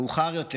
מאוחר יותר